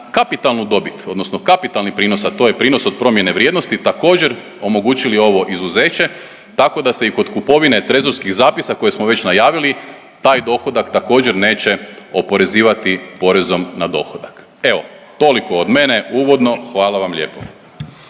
kapitalnu dobit odnosno kapitalni prinos, a to je prinos od promjene vrijednosti također omogućili ovo izuzeće. Tako da se i kod kupovine trezorskih zapisa koje smo već najavili taj dohodak također neće oporezivati porezom na dohodak. Evo, toliko od mene uvodno hvala vam lijepo.